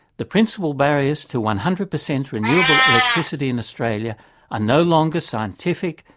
the principal barriers to one hundred percent renewable electricity in australia are no longer scientific,